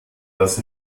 dass